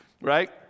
right